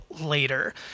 later